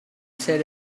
said